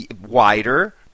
Wider